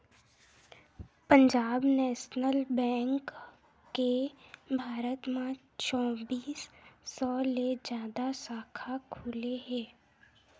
Punjab National Bank के भारत म चौबींस सौ ले जादा साखा खुले हे